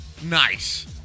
nice